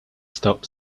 stop